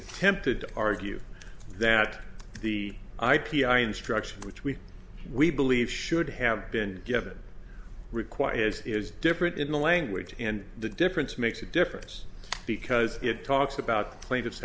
attempted to argue that the i p i instruction which we we believe should have been given require as is different in the language and the difference makes a difference because it talks about pla